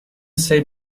say